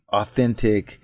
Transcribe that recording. authentic